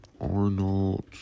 Arnold